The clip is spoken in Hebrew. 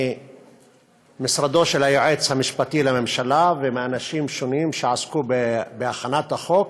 ממשרדו של היועץ המשפטי לממשלה ומאנשים שונים שעסקו בהכנת החוק,